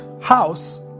house